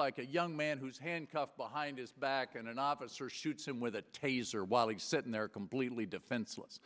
like a young man who's handcuffed behind his back and an officer shoots him with a taser while he's sitting there completely defenseless